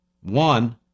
One